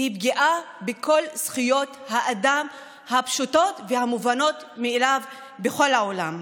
פגיעה בכל זכויות האדם הפשוטות והמובנות מאליהן בכל העולם.